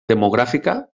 demogràfica